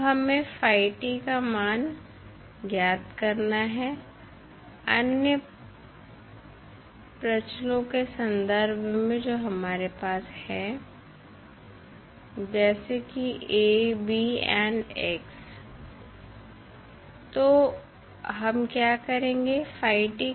अब हमें का मान ज्ञात करना है अन्य प्राचलों के सन्दर्भ में जो हमारे पास हैं जैसे कि A B and x तो हम क्या करेंगे